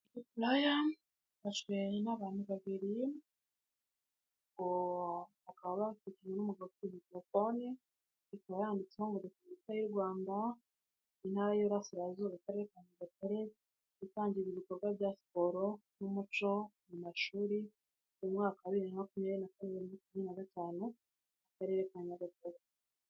Maya ifashwe n'abantu babiri uwo bakaba bafite n'umugabo ufite mikorofone, ikaba yanditseho muri repubulika y'u Rwanda, intara y'irasirazuba, akarere ka nyagatare gutangiza ibikorwa bya siporo n'umuco mu mashuri mu mwaka wa bibiri makumyabiri na kabiri na gatanu mu karere ka nyagatare.